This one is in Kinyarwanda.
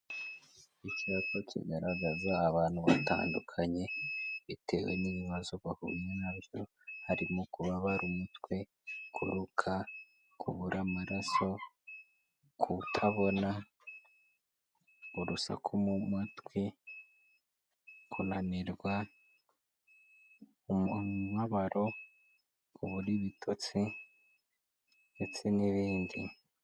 Icyapa kigaragaza abantu batandukanye bitewe n'ibibazo bahura na byo, harimo: kubabara umutwe, kuruka, kubura amaraso, kutabona, urusaku mu matwi, kunanirwa, umubabaro, kubura ibitotsi ndetse n'ibindi.